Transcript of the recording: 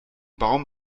baum